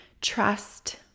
trust